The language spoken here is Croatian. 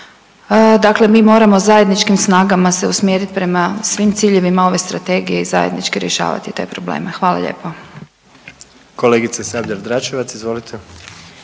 Dakle, mi moramo zajedničkim snagama se usmjerit prema svim ciljevima ove strategije i zajednički rješavati te probleme. Hvala lijepo. **Jandroković, Gordan